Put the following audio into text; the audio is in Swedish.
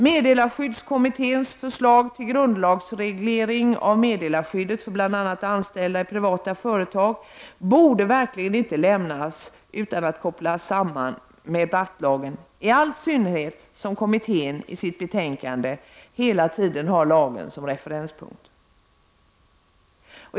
Meddelarskyddskommitténs förslag till grundlagsreglering av meddelarskyddet för bl.a. anställda i privata företag borde verkligen inte lämnas utan att kopplas samman med Brattlagen, i all synnerhet som kommittén i sitt betänkande hela tiden har lagen som referenspunkt.